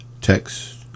text